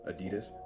Adidas